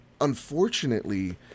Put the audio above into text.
Unfortunately